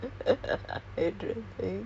are staying longer at my place